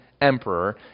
emperor